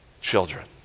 children